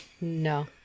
no